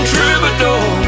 Troubadour